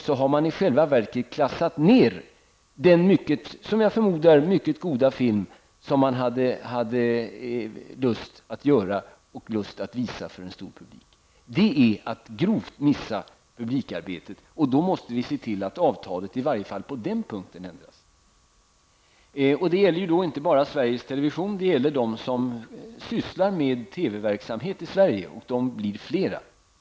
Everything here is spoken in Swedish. Då har man i själva verket klassat ned den, som jag förmodar, mycket goda film som man hade lust att göra och visa för en stor publik. Detta är att grovt missa publikarbetet, och då måste vi se till att avtalet i varje fall på den punkten ändras. Det gäller inte bara Sveriges television utan även alla som sysslar med TV-verksamhet i Sverige, och de blir allt fler.